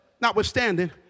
notwithstanding